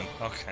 Okay